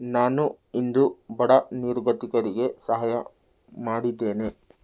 ನಾನು ಇಂದು ಬಡ ನಿರ್ಗತಿಕರಿಗೆ ಸಹಾಯ ಮಾಡಿದ್ದೇನೆ